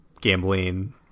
gambling